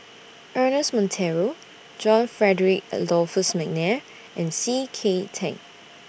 Ernest Monteiro John Frederick Adolphus Mcnair and C K Tang